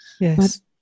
yes